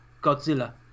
Godzilla